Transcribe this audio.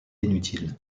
inutile